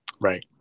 Right